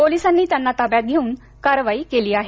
पोलिसांनी त्यांना ताब्यात घेऊन कारवाई केली आहे